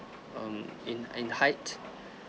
um in in height